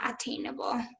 attainable